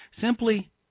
Simply